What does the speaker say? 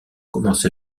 commencé